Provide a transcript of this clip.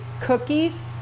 cookies